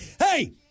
hey